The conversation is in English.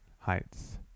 Heights